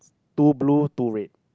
two blue two red